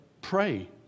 pray